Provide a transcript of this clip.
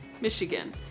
Michigan